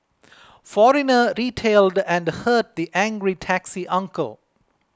foreigner retailed and hurt the angry taxi uncle